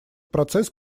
процесс